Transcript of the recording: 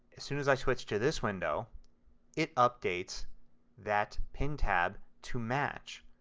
as soon as i switch to this window it updates that pin tab to match.